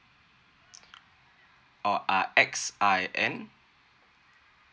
oh uh X I N